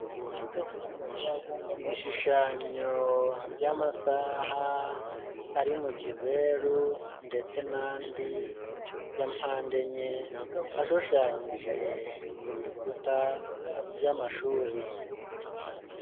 Ibishushanyo by'amasaha ari mu kizeru ndetse n'andi ya mpande enye, ashushanyije ku bikuta by'amashuri.